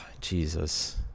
jesus